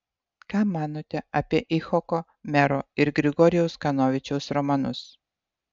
ką manote apie icchoko mero ir grigorijaus kanovičiaus romanus